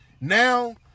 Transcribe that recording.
Now